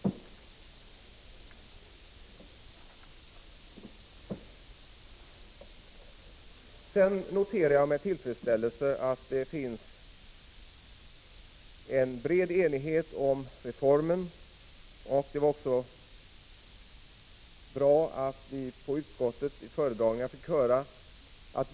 1985/86:50 Vidare noterar jag med tillfredsställelse att det finns en bred enighet om 12 december 1985 reformen. Det var också bra att vi i utskottet vid föredragningar fick höraatt.